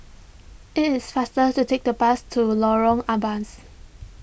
it is faster to take the bus to Lorong Ampas